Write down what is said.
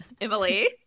Emily